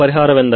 ಇಲ್ಲ